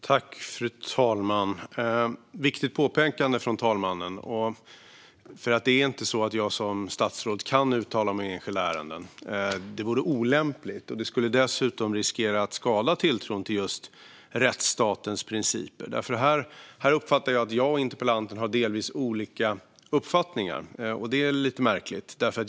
Fru talman! Det var ett viktigt påpekande från fru talmannen. Som statsråd kan jag inte uttala mig i enskilda ärenden. Det vore olämpligt, och det skulle dessutom riskera att skada tilltron till just rättsstatens principer. Här uppfattar jag att jag och interpellanten har olika uppfattningar, och det är lite märkligt.